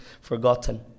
forgotten